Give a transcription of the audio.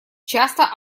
часто